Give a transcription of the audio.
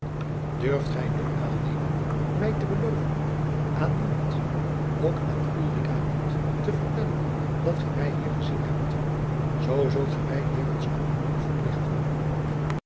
durft gij nu aannemen mij te beloven aan niemand ook aan ulrica niet te vertellen dat gij mij hier gezien hebt zoo zult gij mij levenslang aan u verplichten